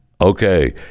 Okay